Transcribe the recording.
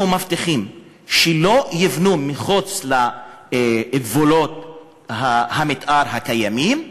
ומבטיחים שלא יבנו מחוץ לגבולות המתאר הקיימים,